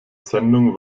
sendung